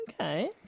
Okay